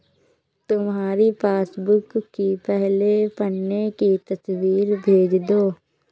तुम्हारी पासबुक की पहले पन्ने की तस्वीर भेज दो